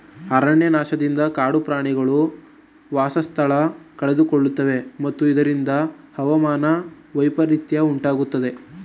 ಅರಣ್ಯನಾಶದಿಂದ ಕಾಡು ಪ್ರಾಣಿಗಳು ವಾಸಸ್ಥಾನ ಕಳೆದುಕೊಳ್ಳುತ್ತವೆ ಮತ್ತು ಇದರಿಂದ ಹವಾಮಾನ ವೈಪರಿತ್ಯ ಉಂಟಾಗುತ್ತದೆ